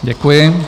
Děkuji.